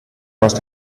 must